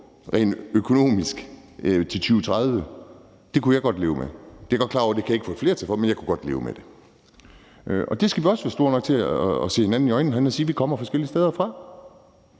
rent økonomisk i 2030. Det kunne jeg godt leve med. Det er jeg godt klar over jeg ikke kan få flertal for, men jeg kunne godt leve med det. Vi skal også være store nok til at se hinanden i øjnene herinde og sige, at vi kommer forskellige steder fra.